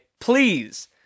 Please